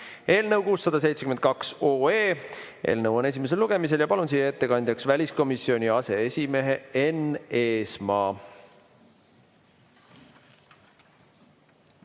eelnõu 672. Eelnõu on esimesel lugemisel. Palun siia ettekandjaks väliskomisjoni aseesimehe Enn Eesmaa.